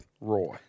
Roy